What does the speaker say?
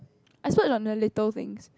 I splurge on very little things